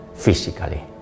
physically